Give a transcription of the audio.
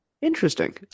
Interesting